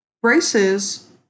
Braces